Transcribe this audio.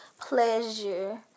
pleasure